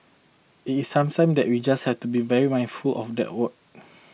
it is something that we just have to be very mindful of that what